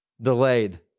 Delayed